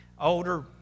older